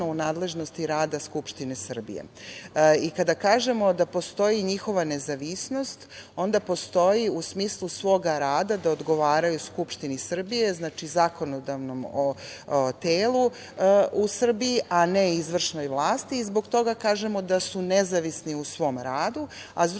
u nadležnosti rada Skupštine Srbije. Kada kažemo da postoji njihova nezavisnost onda postoji u smislu svoga rada da odgovaraju Skupštini Srbije, znači zakonodavnom telu u Srbiji, a ne izvršnoj vlasti i zbog toga kažemo da su nezavisni u svom radu. S druge